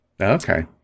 Okay